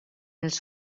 els